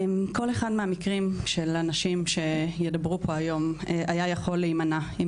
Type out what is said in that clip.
כל אחד מהמקרים של הנשים שידברו פה היום היה יכול להימנע אם